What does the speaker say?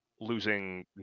losing